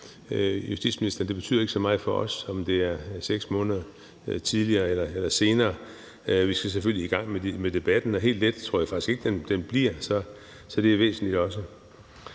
justitsministeren, at det ikke betyder så meget for os, om det er 6 måneder tidligere eller senere, men vi skal selvfølgelig i gang med debatten, og jeg tror faktisk ikke, at den bliver helt let. Så det er også